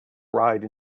ride